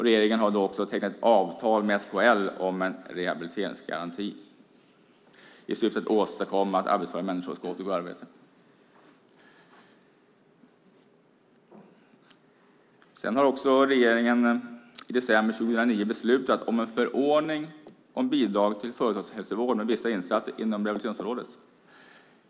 Regeringen har även tecknat ett avtal med SKL om en rehabiliteringsgaranti i syfte att åstadkomma att arbetsföra människor ska återgå i arbete. Regeringen beslutade i december 2009 om en förordning om bidrag till företagshälsovård med vissa insatser inom rehabiliteringsområdet.